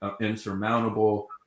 insurmountable